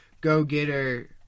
go-getter